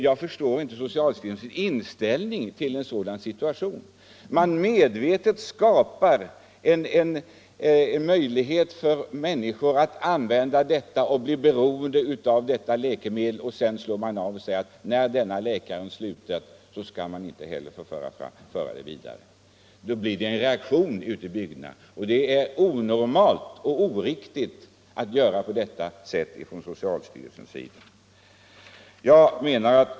Jag förstår inte socialstyrelsens inställning i en sådan situation. Man skapar medvetet en möjlighet för människor att använda och bli beroende av detta läkemedel, och sedan klipper man av och säger att när den och den läkaren slutat med sin verksamhet får läkemedlet inte användas längre. Då blir det givetvis en stark reaktion ute i bygderna. Det är onormalt och oriktigt att göra på det sättet som socialstyrelsen här har gjort.